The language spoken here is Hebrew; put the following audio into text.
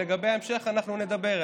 לגבי ההמשך אנחנו נדבר.